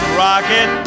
rocket